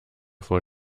vor